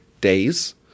days